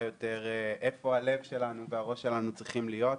יותר איפה הלב שלנו והראש שלנו צריכים להיות.